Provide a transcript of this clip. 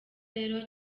rero